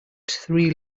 three